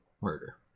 murder